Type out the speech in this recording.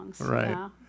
right